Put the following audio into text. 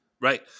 Right